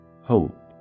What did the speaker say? Hope